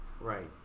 Right